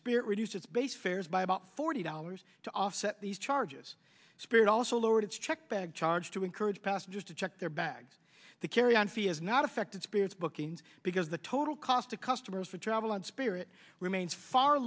spirit reduce its base fares by about forty dollars to offset these charges spirit also lowered its checked bag charge to encourage passengers to check their bags the carry on fee is not affected spirits bookings because the total cost to customers for travel and spirit remains far